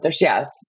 Yes